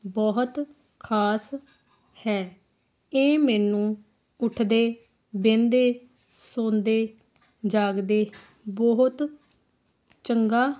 ਬਹੁਤ ਖ਼ਾਸ ਹੈ ਇਹ ਮੈਨੂੰ ਉੱਠਦੇ ਬਹਿੰਦੇ ਸੌਂਦੇ ਜਾਗਦੇ ਬਹੁਤ ਚੰਗਾ